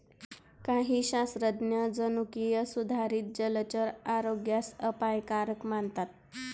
काही शास्त्रज्ञ जनुकीय सुधारित जलचर आरोग्यास अपायकारक मानतात